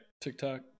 TikTok